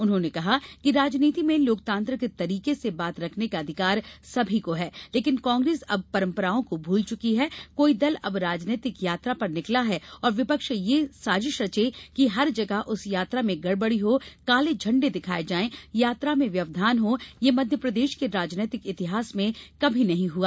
उन्होंने कहा कि राजनीति में लोकतांत्रिक तरीके से बात रखने का आधिकार सभी को है लेकिन कांग्रेस अब परंपराओं को भूल चुकी है कोई दल जब राजनीतिक यात्रा पर निकला है और विपक्ष यह साजिश रचे कि हर जगह उस यात्रा में गड़बड़ी हो काले झंडे दिखाए जाए यात्रा में व्यवधान हो ये मध्यप्रदेश के राजनीतिक इतिहास में कभी नहीं हुआ